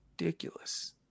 ridiculous